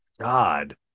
God